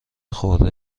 خورده